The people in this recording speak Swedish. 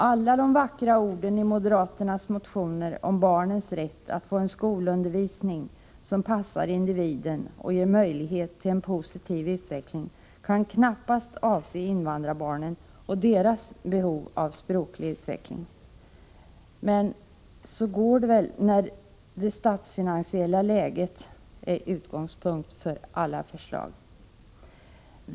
Alla de vackra orden i moderaternas motioner, om barnens rätt att få en skolundervisning som passar individen och ger möjlighet till en positiv utveckling, kan knappast avse invandrarbarnen och deras behov av språklig utveckling. Men så går det, om det statsfinansiella läget är utgångspunkt för alla förslag.